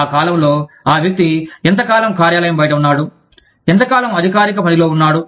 ఆ కాలంలో ఆ వ్యక్తి ఎంత కాలం కార్యాలయం బయట ఉన్నాడు ఎంతకాలం అధికారిక పనిలో ఉన్నాడు